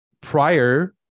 prior